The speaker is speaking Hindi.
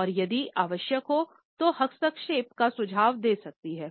और यदि आवश्यक हो तो हस्तक्षेप का सुझाव दे सकती है